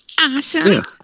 awesome